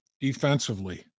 defensively